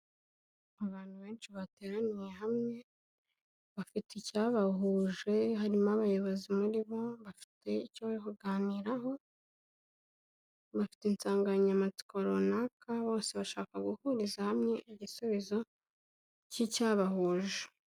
Abantu benshi bateraniye hamwe bafite icyabahuje, harimo abayobozi muri bo bafite icyo kuganiraho, bafite insanganyamatsiko runaka bose bashaka guhuriza hamwe igisubizo cy'icyabahuje.